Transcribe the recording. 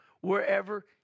wherever